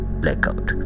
blackout